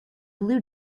blue